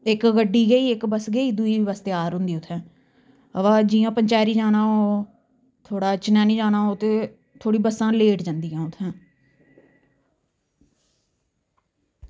इक गड्डी गेई इक बस गेई दूई बस त्यार होंदी उत्थें हांवा जियां पंचैरी जाना हो थोह्ड़ा चनैह्नी जाना हो ते थोह्ड़ी बस्सां लेट जंदियां उत्थें